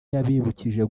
yabibukije